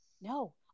No